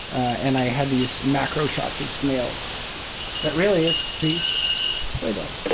and i had these macro shots of snails. but really, it's these sleigh bells,